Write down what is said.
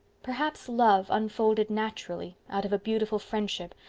perhaps. love unfolded naturally out of a beautiful friendship,